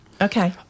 okay